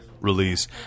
release